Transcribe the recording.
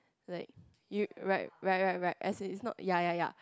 like you right right right right as in it's not ya ya ya